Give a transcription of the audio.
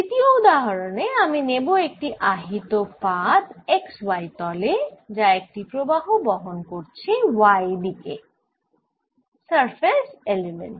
দ্বিতীয় উদাহরনে আমি নেব একটি আহিত পাত xy তলে যা একটি প্রবাহ বহন করছে y দিকে - সারফেস এলিমেন্ট